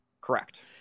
Correct